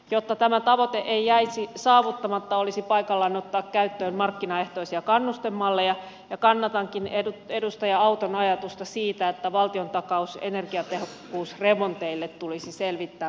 jotta tämä tavoite ei jäisi saavuttamatta olisi paikallaan ottaa käyttöön markkinaehtoisia kannustemalleja ja kannatankin edustaja auton ajatusta siitä että valtiontakaus energiatehokkuusremonteille tulisi selvittää pikapuolin